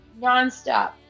nonstop